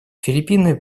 филиппины